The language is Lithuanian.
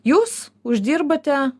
jūs uždirbate